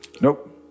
nope